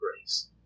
grace